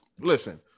listen